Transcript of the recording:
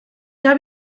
habe